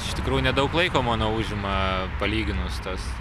iš tikrųjų nedaug laiko mano užima palyginus tas